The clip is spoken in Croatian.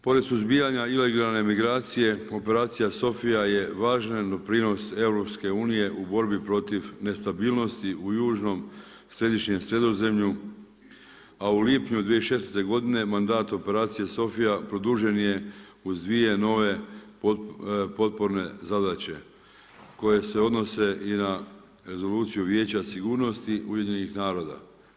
Pored suzbijanja ilegalne migracije Operacija Sofija je važan doprinos EU u borbi protiv nestabilnosti u južnom, središnjem Sredozemlju a u lipnju 2016. godine mandat Operacije Sofija produžen je uz dvije nove potporne zadaće koje se odnose i na rezoluciju Vijeća sigurnosti UN-a.